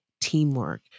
teamwork